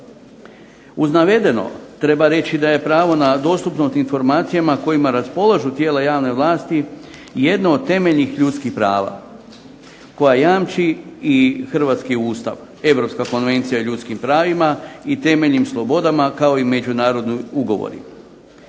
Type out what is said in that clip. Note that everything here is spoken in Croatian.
Uz navedeno treba reći da je pravo na dostupnost informacijama kojima raspolažu tijela javne vlasti jedno od temeljnih ljudskih prava koja jamči i hrvatski Ustav, Europska konvencija o ljudskim pravima i temeljnim slobodama, kao i međunarodni ugovori.